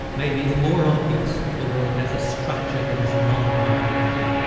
maybe it's more obvious that the world has a structure that is not of our making.